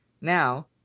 Now